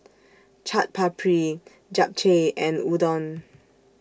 Chaat Papri Japchae and Udon